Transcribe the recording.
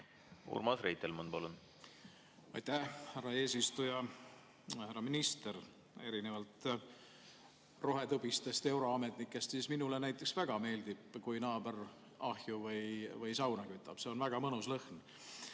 Urmas Reitelmann, palun! Aitäh, härra eesistuja! Härra minister! Erinevalt rohetõbistest euroametnikest minule näiteks väga meeldib, kui naaber ahju või sauna kütab, see on väga mõnus lõhn.